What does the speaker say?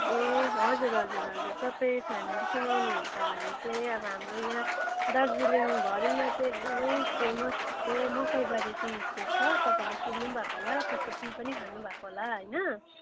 ए हजुर हजुर हजुर तपाईँ फ्यामिलीसँग आउनुहुन्छ भने चाहिँ अब हाम्रो यहाँ दार्जिलिङभरिमा चाहिँ एकदमै फेमस चाहिँ मकैबारी टी एस्टेट छ तपाईँले सुन्नु पनि भएको होला त्यसको टी पनि खानुभएको होला हैन